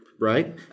right